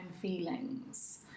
feelings